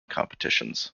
competitions